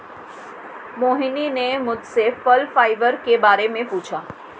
मोहिनी ने मुझसे फल फाइबर के बारे में पूछा